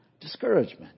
Discouragement